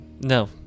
no